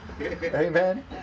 Amen